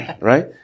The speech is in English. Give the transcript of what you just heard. Right